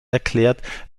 erklärt